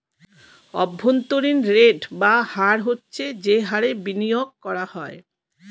অভ্যন্তরীণ রেট বা হার হচ্ছে যে হারে বিনিয়োগ করা হয়